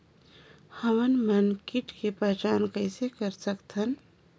हमन मन कीट के पहचान किसे कर सकथन?